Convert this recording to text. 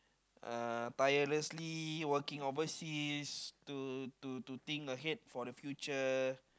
uh tirelessly working overseas to to to think ahead for the future